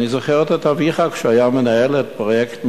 אני זוכר עוד את אביך כשהוא היה מנהל את פרויקט מירון,